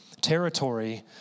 territory